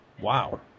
Wow